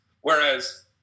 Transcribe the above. Whereas